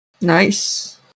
Nice